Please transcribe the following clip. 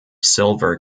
silver